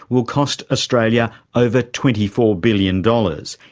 will cost australia over twenty four billion dollars.